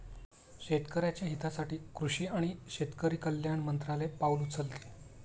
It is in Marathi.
शेतकऱ्याच्या हितासाठी कृषी आणि शेतकरी कल्याण मंत्रालय पाउल उचलते